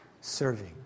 serving